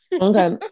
Okay